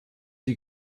die